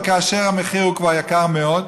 אבל כאשר המחיר הוא כבר יקר מאוד.